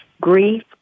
grief